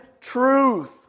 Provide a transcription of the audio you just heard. truth